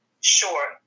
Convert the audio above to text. Sure